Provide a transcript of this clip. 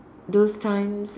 those times